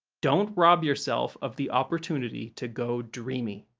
don't rob yourself of the opportunity to go dreamy.